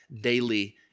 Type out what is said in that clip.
daily